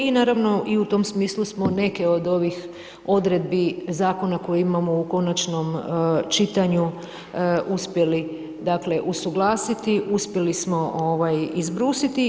I naravno, u tom smislu smo neke od ovih odredbi zakona koje imamo u konačnom čitanju uspjeli dakle usuglasiti, uspjeli smo izbrusiti.